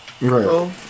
Right